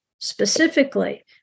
specifically